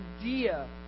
idea